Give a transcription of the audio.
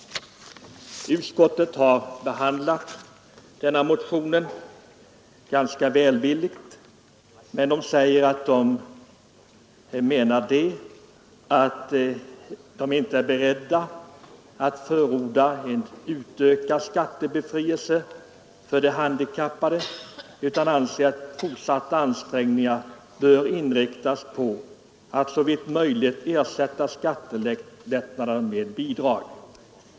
Utskottet har behandlat denna motion ganska välvilligt men är ”inte berett att förorda en utökad skattebefrielse för de handikappade utan anser att de fortsatta ansträngningarna bör inriktas på att såvitt möjligt ersätta skattelättnaderna med bidrag”.